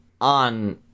on